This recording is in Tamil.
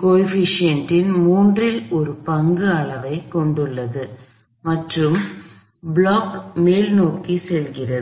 குணகத்தின் மூன்றில் ஒரு பங்கு அளவைக் கொண்டுள்ளது மற்றும் பிளாக் மேல்நோக்கிச் செல்கிறது